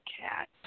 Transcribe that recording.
cat